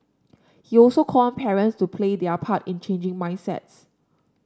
he also called on parents to play their part in changing mindsets